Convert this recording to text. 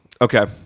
okay